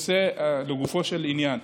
לגופו של עניין,